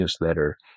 newsletter